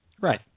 Right